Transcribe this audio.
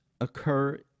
occur